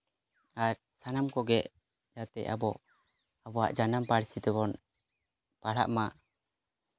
ᱟᱨ ᱥᱟᱱᱟᱢ ᱠᱚᱜᱮ ᱡᱟᱛᱮ ᱟᱵᱚᱣᱟᱜ ᱡᱟᱱᱟᱢ ᱯᱟᱹᱨᱥᱤ ᱛᱮᱵᱚᱱ ᱯᱟᱲᱦᱟᱜ ᱢᱟ